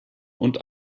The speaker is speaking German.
und